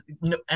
no